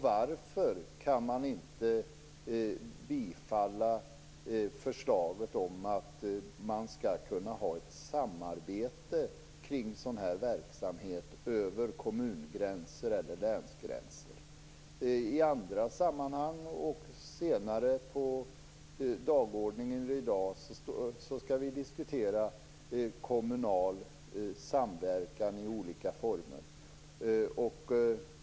Varför kan man inte bifalla förslaget om att man skall kunna ha ett samarbete över kommun eller länsgränser kring sådan här verksamhet? I andra sammanhang, bl.a. senare på dagordningen i dag, skall vi diskutera kommunal samverkan i olika former.